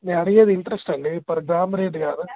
నేను అడిగేది ఇంట్రస్ట్ అండి పర్ గ్రామ్ రేట్ కాదు